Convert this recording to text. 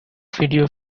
video